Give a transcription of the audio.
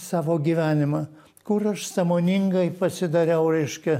savo gyvenimą kur aš sąmoningai pasidariau reiškia